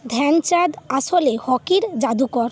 ধ্যানচাঁদ আসলে হকির জাদুকর